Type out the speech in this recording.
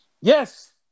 Yes